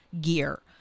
gear